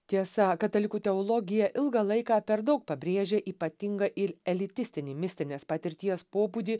tiesa katalikų teologija ilgą laiką per daug pabrėžė ypatingą ir elitistinį mistinės patirties pobūdį